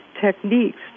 techniques